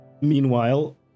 Meanwhile